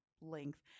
length